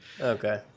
Okay